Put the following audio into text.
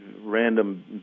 Random